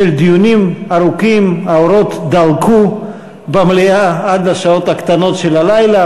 בשל דיונים ארוכים האורות דלקו במליאה עד השעות הקטנות של הלילה,